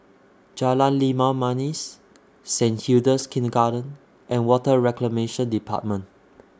Jalan Limau Manis Saint Hilda's Kindergarten and Water Reclamation department